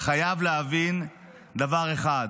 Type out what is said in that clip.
חייב להבין דבר אחד,